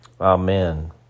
Amen